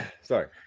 sorry